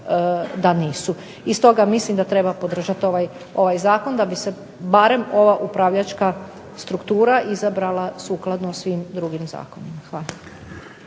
da nisu. I stoga mislim da treba podržati ovaj zakon da bi se barem ova upravljačka struktura izabrala sukladno svim drugim zakonima. Hvala.